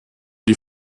die